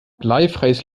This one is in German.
bleifreies